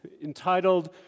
entitled